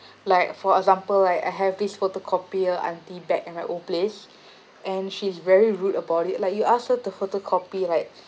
like for example like I have this photocopier aunty back at my old place and she's very rude about it like you ask her to photocopy like